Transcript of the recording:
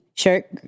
shirt